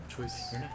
choice